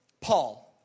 Paul